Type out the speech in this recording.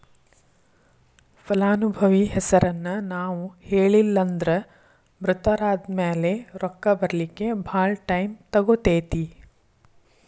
ಫಲಾನುಭವಿ ಹೆಸರನ್ನ ನಾವು ಹೇಳಿಲ್ಲನ್ದ್ರ ಮೃತರಾದ್ಮ್ಯಾಲೆ ರೊಕ್ಕ ಬರ್ಲಿಕ್ಕೆ ಭಾಳ್ ಟೈಮ್ ತಗೊತೇತಿ